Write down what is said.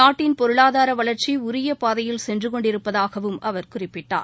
நாட்டின் பொருளாதார வளர்ச்சி உரிய பாதையில் சென்று கொண்டிருப்பதாகவும் அவர் குறிப்பிட்டார்